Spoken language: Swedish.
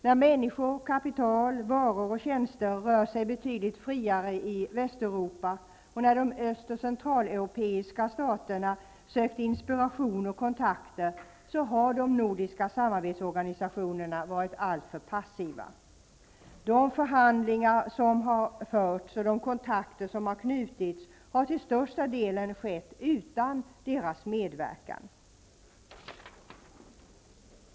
När människor, kapital, varor och tjänster rör sig betydligt friare i Västeuropa och när de öst och centraleuropeiska staterna sökt inspiration och kontakter har de nordiska samarbetsorganisationerna varit alltför passiva. De förhandlingar som har förts och de kontakter som har knutits har till största delen skett utan deras medverkan.